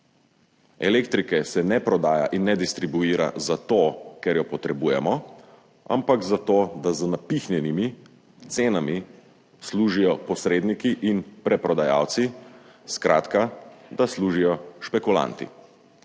Elektrike se ne prodaja in ne distribuira zato, ker jo potrebujemo, ampak zato, da z napihnjenimi cenami služijo posredniki in preprodajalci, skratka, da služijo špekulanti.